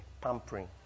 pampering